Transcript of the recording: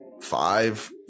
five